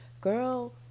girl